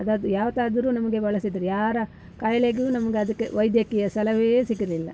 ಅದು ಯಾವತ್ತಾದರೂ ನಮಗೆ ಬಳಸಿದ್ರೆ ಯಾರ ಕಾಯಿಲೆಗೂ ನಮ್ಗೆ ಅದಕ್ಕೆ ವೈದ್ಯಕೀಯ ಸಲಹೆ ಸಿಗಲಿಲ್ಲ